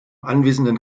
anwesenden